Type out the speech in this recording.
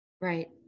right